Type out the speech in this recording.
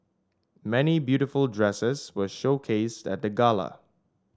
many beautiful dresses were showcased at the gala